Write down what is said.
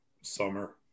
summer